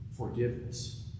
forgiveness